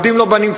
עובדים לא בנמצא,